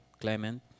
Clement